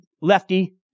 lefty